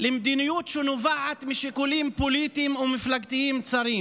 למדיניות שנובעת משיקולים פוליטיים או מפלגתיים צרים.